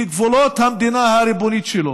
כגבולות המדינה הריבונית שלו,